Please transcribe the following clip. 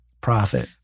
profit